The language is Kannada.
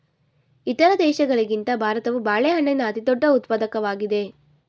ಇತರ ದೇಶಗಳಿಗಿಂತ ಭಾರತವು ಬಾಳೆಹಣ್ಣಿನ ಅತಿದೊಡ್ಡ ಉತ್ಪಾದಕವಾಗಿದೆ